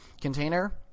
container